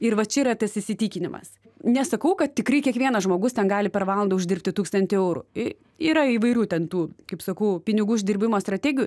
ir va čia yra tas įsitikinimas nesakau kad tikrai kiekvienas žmogus ten gali per valandą uždirbti tūkstantį eurų i yra įvairių ten tų kaip sakau pinigų uždirbimo strategijų